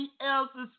else's